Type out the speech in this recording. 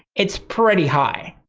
it's pretty high.